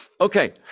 okay